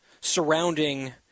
surrounding